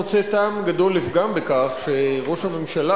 מוצא טעם גדול לפגם בכך שראש הממשלה,